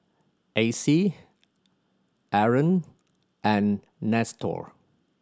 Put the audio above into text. Acy Aron and Nestor